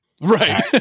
Right